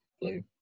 blue